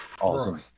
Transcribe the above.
awesome